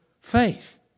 Faith